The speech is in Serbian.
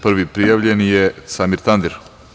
Prvi prijavljeni je Samir Tandir.